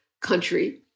country